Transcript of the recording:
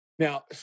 Now